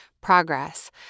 progress